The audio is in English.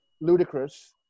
ludicrous